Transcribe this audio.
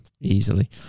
easily